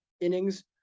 innings